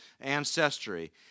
ancestry